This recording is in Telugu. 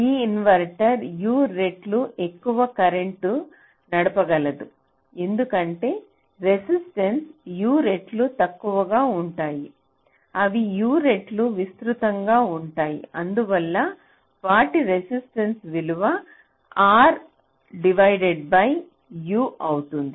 ఈ ఇన్వర్టర్ U రెట్లు ఎక్కువ కరెంట్ను నడపగలదు ఎందుకంటే రెసిస్టెన్స్ U రెట్లు తక్కువగా ఉంటాయి అవి U రెట్లు విస్తృతంగా ఉంటాయి అందువల్ల వాటి రెసిస్టెన్స్ విలువ R డివైడ్ బై U అవుతుంది